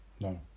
No